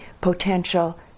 potential